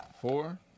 four